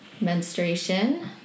menstruation